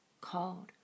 called